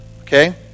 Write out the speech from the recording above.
Okay